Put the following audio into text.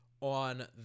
on